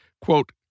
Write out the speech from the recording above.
quote